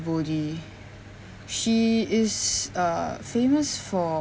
bodhi she is uh famous for